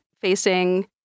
facing